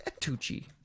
Tucci